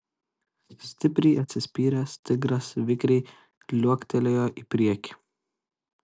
stipriai atsispyręs tigras vikriai liuoktelėjo į priekį